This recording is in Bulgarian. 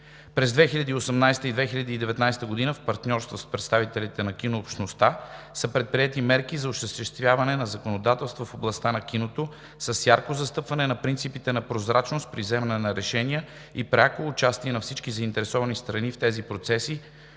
През 2018-а и 2019 г. в партньорство с представителите на кинообщността са предприети мерки за осъществяване на законодателство в областта на киното с ярко застъпване на принципите на прозрачност при вземането на решения и пряко участие на всички заинтересовани страни в тези процеси,